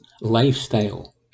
lifestyle